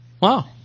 wow